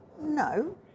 no